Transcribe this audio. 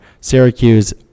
Syracuse